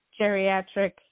geriatric